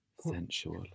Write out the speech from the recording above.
sensual